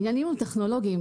העניינים הם טכנולוגיים.